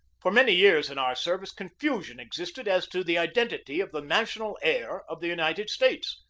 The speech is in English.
for many years in our service confusion existed as to the identity of the national air of the united states.